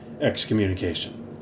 excommunication